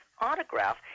autograph